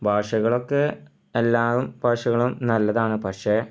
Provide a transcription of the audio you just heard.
ഭാഷകളൊക്കെ എല്ലാ ഭാഷകളും നല്ലതാണ് പക്ഷേ